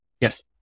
Yes